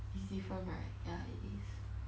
is different right ya it is